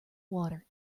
water